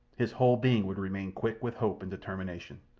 his whole being would remain quick with hope and determination.